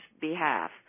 behalf